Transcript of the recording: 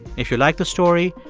if you like the story,